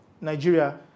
Nigeria